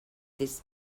this